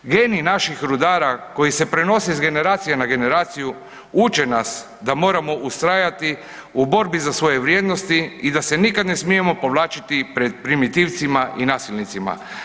Geni naših rudara koji se prenose s generacije na generaciju uče nas da moramo ustrajati u borbi za svoje vrijednosti i da se nikad ne smijemo povlačiti pred primitivcima i nasilnicima.